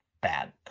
bad